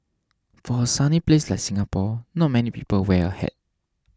for a sunny place like Singapore not many people wear a hat